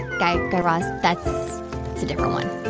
guy guy raz, that's a different one